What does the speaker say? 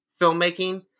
filmmaking